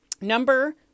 Number